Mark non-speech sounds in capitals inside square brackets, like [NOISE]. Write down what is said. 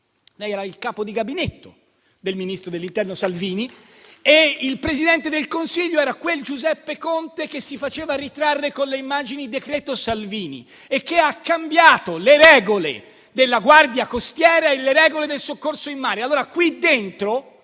lei era il capo di Gabinetto del ministro dell'interno Salvini [APPLAUSE] e il Presidente del Consiglio era quel Giuseppe Conte che si faceva ritrarre con il cartello «decreto Salvini» e che ha cambiato le regole della Guardia costiera e del soccorso in mare.